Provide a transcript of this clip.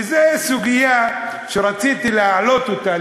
וזו סוגיה שרציתי להעלות אותה,